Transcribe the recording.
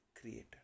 Creator